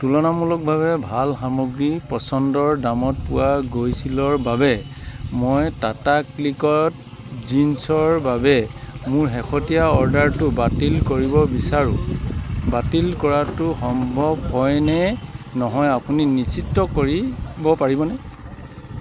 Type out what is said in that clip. তুলনামূলকভাৱে ভাল সামগ্ৰী পচন্দৰ দামত পোৱা গৈছিলৰ বাবে মই টাটা ক্লিকত জিন্ছৰ বাবে মোৰ শেহতীয়া অৰ্ডাৰটো বাতিল কৰিব বিচাৰোঁ বাতিল কৰাটো সম্ভৱ হয় নে নহয় আপুনি নিশ্চিত কৰিব পাৰিবনে